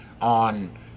on